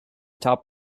top